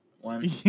one